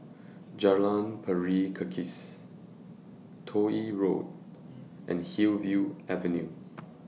Jalan Pari Kikis Toh Yi Road and Hillview Avenue